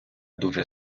дуже